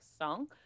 song